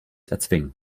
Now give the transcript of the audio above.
erzwingen